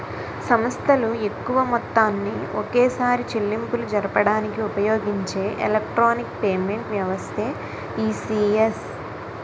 సంస్థలు ఎక్కువ మొత్తాన్ని ఒకేసారి చెల్లింపులు జరపడానికి ఉపయోగించే ఎలక్ట్రానిక్ పేమెంట్ వ్యవస్థే ఈ.సి.ఎస్